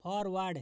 forward